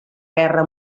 guerra